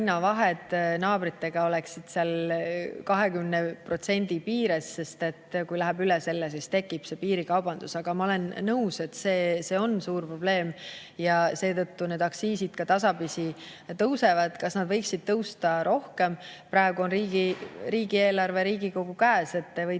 naabritega oleksid 20% piires. Kui läheb üle selle, siis tekib piirikaubandus. Aga ma olen nõus, et see on suur probleem ja seetõttu need aktsiisid tasapisi tõusevad. Kas nad võiksid tõusta rohkem? Praegu on riigieelarve Riigikogu käes. Te võite